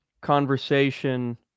conversation